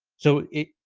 so it,